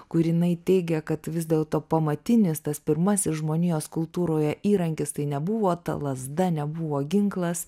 kur jinai teigia kad vis dėlto pamatinis tas pirmasis žmonijos kultūroje įrankis tai nebuvo ta lazda nebuvo ginklas